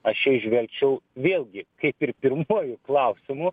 aš įžvelgčiau vėlgi kaip ir pirmuoju klausimu